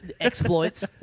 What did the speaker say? exploits